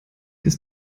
ist